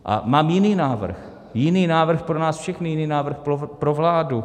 A mám jiný návrh, jiný návrh pro nás všechny, jiný návrh pro vládu.